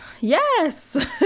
yes